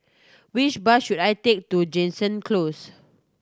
which bus should I take to Jansen Close